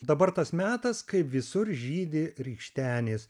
dabar tas metas kai visur žydi rykštenės